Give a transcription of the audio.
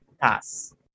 pass